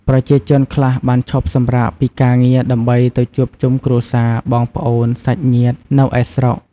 ប្រជាជនខ្លះបានឈប់សំរាកពីការងារដើម្បីទៅជួបជុំគ្រួសារ បងប្អូន សាច់ញ្ញាតិ នៅឯស្រុក។